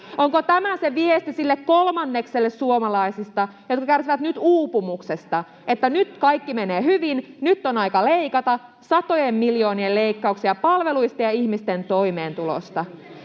tämä se viesti sille kolmannekselle suomalaisista, joka kärsii nyt uupumuksesta, se, että nyt kaikki menee hyvin, nyt on aika leikata satojen miljoonien leikkauksia palveluista ja ihmisten toimeentulosta?